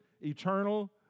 eternal